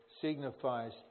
signifies